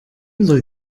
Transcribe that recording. soll